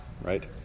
right